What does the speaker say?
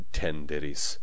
tenderis